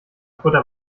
butter